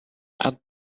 add